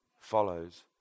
Follows